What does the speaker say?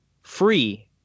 free